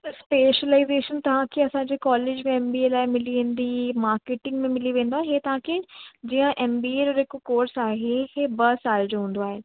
specialisation त तव्हांखे असांजे कोलेज एम बी लाइ मिली वेंदी मार्केटिंग में मिली वेंदी हे तव्हांखे जीअं एम बी ए जो जेको कोर्स आहे हे ॿ साल जो हूंदो आहे